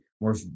more